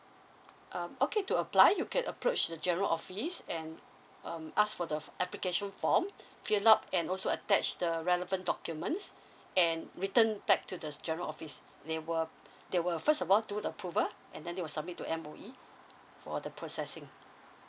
um okay to apply you can approach the general office and um ask for the application form fill up and also attach the relevant documents and return back to the general office they will they will first of all do approval and then they will submit to M_O_E for the processing